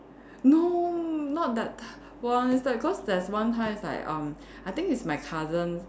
no not that type one cause there's one time that's like um I think is my cousin